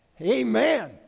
Amen